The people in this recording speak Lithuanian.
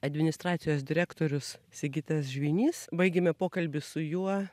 administracijos direktorius sigitas žvinys baigėme pokalbį su juo